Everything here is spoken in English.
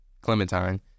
Clementine